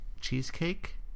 cheesecake